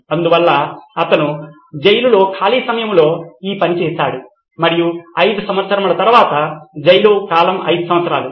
అందువల్ల అతను జైలులో ఖాళీ సమయంలో ఈ పని చేసాడు మరియు 5 సంవత్సరాల తరువాత జైలు కాలం 5 సంవత్సరాలు